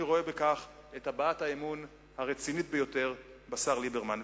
אני רואה בכך את הבעת האמון הרצינית ביותר בשר ליברמן.